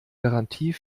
garantie